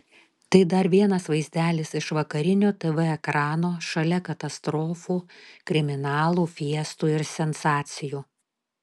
tai dar vienas vaizdelis iš vakarinio tv ekrano šalia katastrofų kriminalų fiestų ir sensacijų